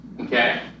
okay